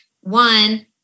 one